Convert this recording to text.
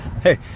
Hey